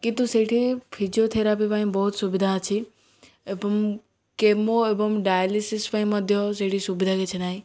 କିନ୍ତୁ ସେଇଠି ଫିଜିଓଥେରାପି ପାଇଁ ବହୁତ ସୁବିଧା ଅଛି ଏବଂ କେମୋ ଏବଂ ଡାଏଲିସିସ୍ ପାଇଁ ମଧ୍ୟ ସେଠି ସୁବିଧା କିଛି ନାହିଁ